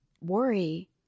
worry